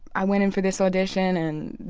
i went in for this audition. and,